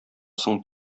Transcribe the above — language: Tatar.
соң